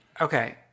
Okay